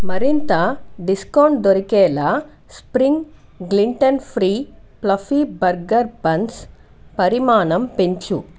మరింత డిస్కౌంట్ దొరికేలా spring gluten free fluffy burger buns పరిమాణం పెంచు